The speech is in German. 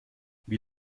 wie